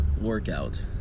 workout